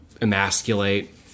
emasculate